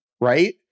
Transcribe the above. Right